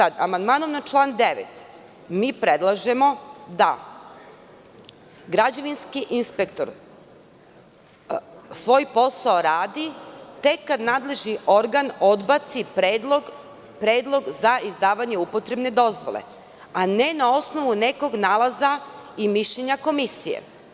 Amandmanom na član 9. predlažemo da građevinski inspektor svoj posao radi tek kada nadležni organ odbaci predlog za izdavanje upotrebne dozvole, a ne na osnovu nekog nalaza i mišljenja komisije.